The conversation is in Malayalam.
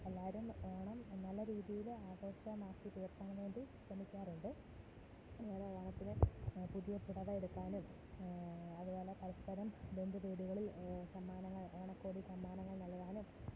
എല്ലാവരും ഓണം നല്ല രീതിയില് ആഘോഷമാക്കിത്തീര്ക്കാൻ വേണ്ടി ശ്രമിക്കാറുണ്ട് ഓണത്തിനു പുതിയ പുടവ എടുക്കാനും അതുപോലെ പരസ്പരം ബന്ധുവീടുകളിൽ സമ്മാനങ്ങൾ ഓണക്കോടി സമ്മാനങ്ങൾ നൽകാനും